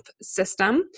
system